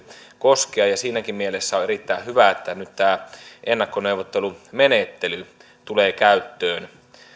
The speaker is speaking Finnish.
koskea ja siinäkin mielessä on erittäin hyvä että nyt tämä ennakkoneuvottelumenettely tulee käyttöön